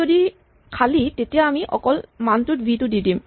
যদি ই খালী তেতিয়া আমি অকল মানটোত ভি টো দি দিম